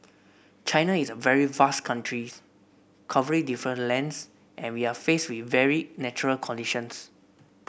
China is a very vast country covering different lands and we are faced with varied natural conditions